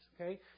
okay